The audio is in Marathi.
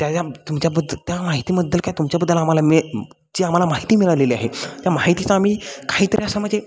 त्याच्या तुमच्याबद्दल त्या माहितीबद्दल का तुमच्याबद्दल आम्हाला म्हणजे जी आम्हाला माहिती मिळालेली आहे त्या माहितीचं आम्ही काहीतरी असं म्हणजे